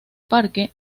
parque